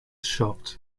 shocked